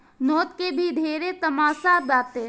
note के भी ढेरे तमासा बाटे